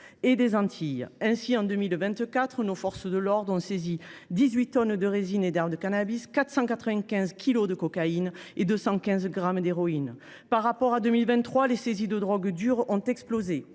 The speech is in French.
et des Antilles. Ainsi, en 2024, les forces de l’ordre ont saisi 18 tonnes de résine et d’herbes de cannabis, 495 kilogrammes de cocaïne et 215 grammes d’héroïne. Par rapport à 2023, les saisies de drogues dures ont explosé.